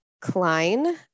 Klein